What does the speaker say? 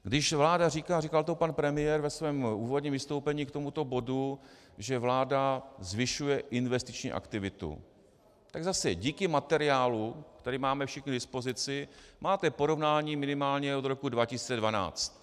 Když vláda říká říkal to pan premiér ve svém úvodním vystoupení k tomuto bodu, že vláda zvyšuje investiční aktivitu, tak zase, díky materiálu, který máme všichni k dispozici, máte porovnání minimálně od roku 2012.